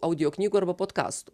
audio knygų arba potkastų